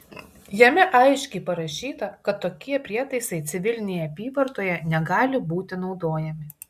jame aiškiai parašyta kad tokie prietaisai civilinėje apyvartoje negali būti naudojami